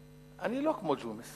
באמת, אני לא כמו ג'ומס